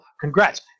Congrats